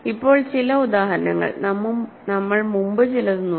ഇപ്പോൾ ചില ഉദാഹരണങ്ങൾ നമ്മൾ മുമ്പ് ചിലത് നോക്കി